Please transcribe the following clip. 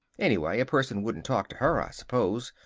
anyway, a person wouldn't talk to her, i suppose.